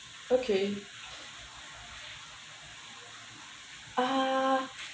okay ah